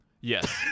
Yes